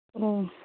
ᱚ